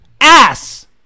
Ass